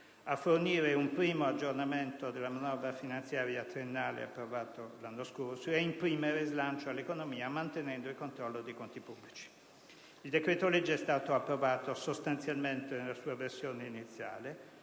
fornire un primo aggiornamento della manovra finanziaria triennale approvata l'anno scorso ed imprimere slancio all'economia mantenendo il controllo dei conti pubblici. Il decreto-legge è stato approvato sostanzialmente nella sua versione iniziale,